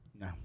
No